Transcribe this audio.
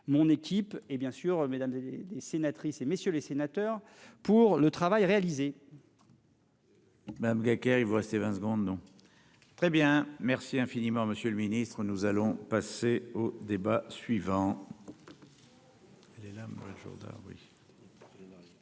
mon équipe et bien sûr mais dans des des sénatrices et messieurs les sénateurs pour le travail réalisé. Madame Deckers. Il vous reste 20 secondes, non. Très bien, merci infiniment, Monsieur le Ministre, nous allons passer au débat suivant.